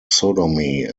sodomy